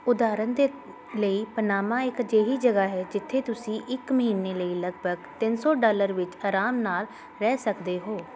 ਉਦਾਹਰਣ ਦੇ ਲਈ ਪਨਾਮਾ ਇੱਕ ਅਜਿਹੀ ਜਗ੍ਹਾ ਹੈ ਜਿੱਥੇ ਤੁਸੀਂ ਇੱਕ ਮਹੀਨੇ ਲਈ ਲਗਭਗ ਤਿੰਨ ਸੌ ਡਾਲਰ ਵਿੱਚ ਆਰਾਮ ਨਾਲ ਰਹਿ ਸਕਦੇ ਹੋ